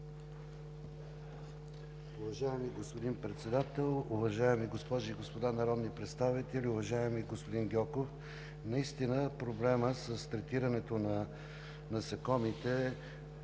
Уважаеми господин Председател, уважаеми госпожи и господа народни представители, уважаеми господин Гьоков! Наистина проблемът с третирането на насекомите